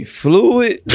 fluid